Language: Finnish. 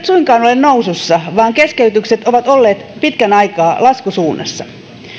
suinkaan ole nousussa vaan keskeytykset ovat olleet pitkän aikaa laskusuunnassa